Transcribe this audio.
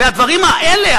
והדברים האלה,